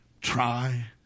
Try